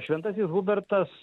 šventasis hubertas